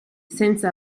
senza